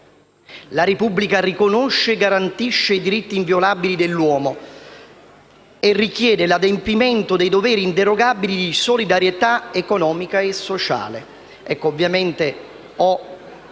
«La Repubblica riconosce e garantisce i diritti inviolabili dell'uomo (...) e richiede l'adempimento dei doveri inderogabili di solidarietà economica e sociale».